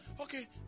Okay